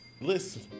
Listen